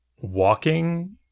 walking